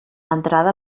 entrada